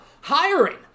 hiring